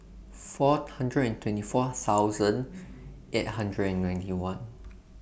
four hundred and twenty four thousand eight hundred and ninety one